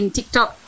TikTok